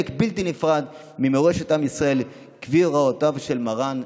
בלתי נפרד ממורשת עם ישראל כפי הוראתו של מרן,